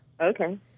Okay